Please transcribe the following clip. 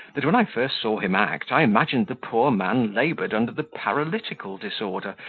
that when i first saw him act, i imagined the poor man laboured under the paralytical disorder,